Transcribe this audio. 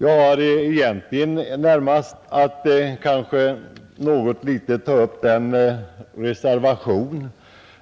Jag skall därför närmast säga några ord om den reservation,